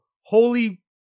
holy